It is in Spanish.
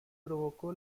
provocó